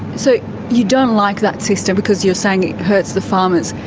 so you don't like that system because you're saying it hurts the farmers,